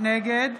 נגד